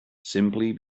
simply